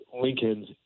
Lincoln